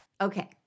Okay